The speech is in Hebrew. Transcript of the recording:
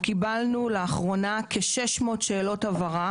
קיבלנו לאחרונה כ-600 שאלות הבהרה